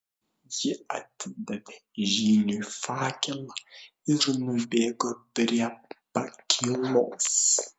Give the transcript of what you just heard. ji atidavė žyniui fakelą ir nubėgo prie pakylos